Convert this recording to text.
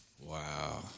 Wow